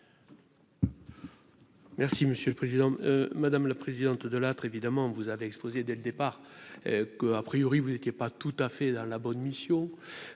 monsieur le président, madame la présidente, Delattre, évidemment vous avez exposé dès le départ que, a priori, vous n'étiez pas tout à fait dans la bonne mission